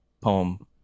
poem